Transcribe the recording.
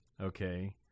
okay